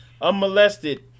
unmolested